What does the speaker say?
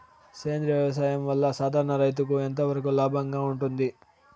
సేంద్రియ వ్యవసాయం వల్ల, సాధారణ రైతుకు ఎంతవరకు లాభంగా ఉంటుంది?